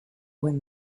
win